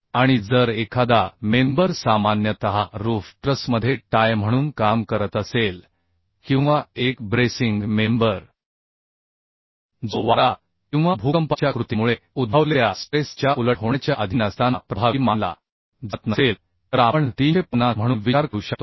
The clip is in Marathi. आणि जर एखादा मेंबर सामान्यतः रूफ ट्रसमध्ये टाय म्हणून काम करत असेल किंवा एक ब्रेसिंग मेंबर जो वारा किंवा भूकंपाच्या कृतीमुळे उद्भवलेल्या स्ट्रेस च्या उलट होण्याच्या अधीन असताना प्रभावी मानला जात नसेल तर आपण 350 म्हणून विचार करू शकतो